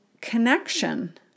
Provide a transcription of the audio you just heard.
connection